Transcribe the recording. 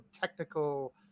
technical